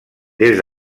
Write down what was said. des